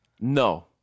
No